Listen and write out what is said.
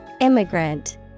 Immigrant